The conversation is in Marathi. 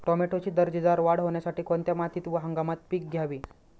टोमॅटोची दर्जेदार वाढ होण्यासाठी कोणत्या मातीत व हंगामात हे पीक घ्यावे?